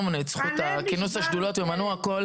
ממני את זכות כינוס השדולות ומנעו הכול